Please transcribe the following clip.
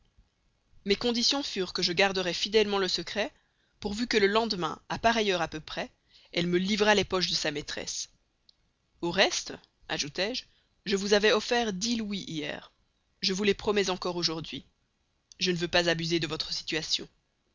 mes conditions furent que je garderais fidèlement le secret pourvu que le lendemain à pareille heure ou à peu près elle me livrât les poches de sa maîtresse au reste ajoutai-je je vous avais offert dix louis hier je vous les promets encore aujourd'hui je ne veux pas abuser de votre situation